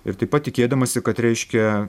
ir taip pat tikėdamasi kad reiškia